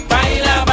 Baila